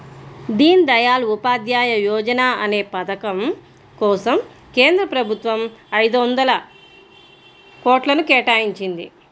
దీన్ దయాళ్ ఉపాధ్యాయ యోజనా అనే పథకం కోసం కేంద్ర ప్రభుత్వం ఐదొందల కోట్లను కేటాయించింది